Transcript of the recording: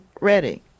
ready